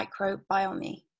microbiome